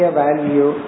value